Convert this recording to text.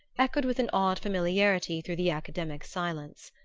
echoed with an odd familiarity through the academic silence.